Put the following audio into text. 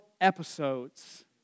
episodes